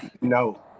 No